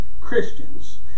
Christians